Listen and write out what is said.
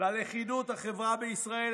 ללכידות החברה בישראל,